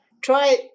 Try